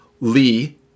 Lee